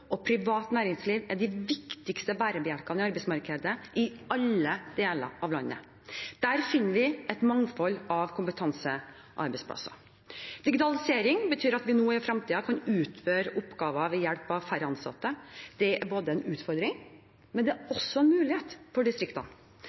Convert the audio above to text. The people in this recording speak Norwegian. og privat næringsliv er de viktigste bærebjelkene i arbeidsmarkedet i alle deler av landet. Der finner vi et mangfold av kompetansearbeidsplasser. Digitalisering betyr at vi nå og i fremtiden kan utføre oppgaver ved hjelp av færre ansatte. Det er en utfordring, men det er også en mulighet for distriktene.